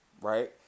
right